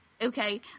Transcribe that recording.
Okay